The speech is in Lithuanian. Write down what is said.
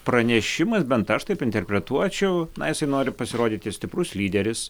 pranešimas bent aš taip interpretuočiau na jisai nori pasirodyti stiprus lyderis